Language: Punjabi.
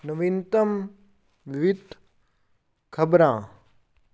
ਨਵੀਨਤਮ ਵਿੱਤ ਖ਼ਬਰਾਂ